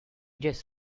just